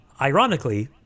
Ironically